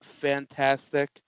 fantastic